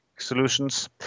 solutions